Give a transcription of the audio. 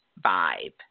vibe